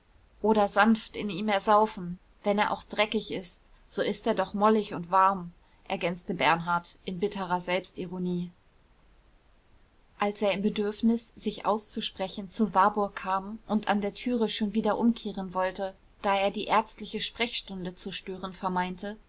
oder sanft in ihm ersaufen wenn er auch dreckig ist so ist er doch mollig und warm ergänzte bernhard in bitterer selbstironie als er im bedürfnis sich auszusprechen zu warburg kam und an der türe schon wieder umkehren wollte da er die ärztliche sprechstunde zu stören